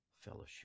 fellowship